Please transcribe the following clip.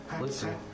Listen